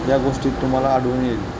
या गोष्टीत तुम्हाला आढळून येईल